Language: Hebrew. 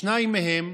שניים מהם,